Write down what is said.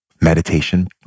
meditation